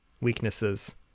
weaknesses